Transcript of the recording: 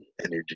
energy